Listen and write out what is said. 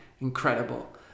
Incredible